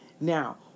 Now